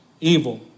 evil